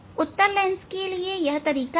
उत्तल लेंस के लिए यह तरीका है